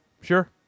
sure